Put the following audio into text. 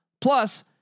Plus